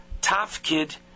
tafkid